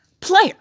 player